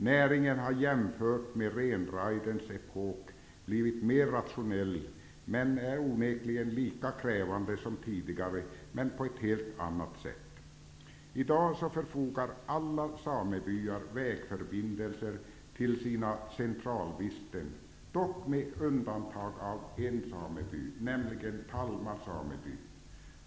Näringen har jämfört med renrajdens epok blivit mer rationell, men den är onekligen lika krävande som tidigare fastän på ett helt annat sätt. I dag förfogar alla samebyar över vägförbindelser till sina centralvisten, dock med undantag av en sameby, nämligen Talma sameby.